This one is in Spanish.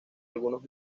algunos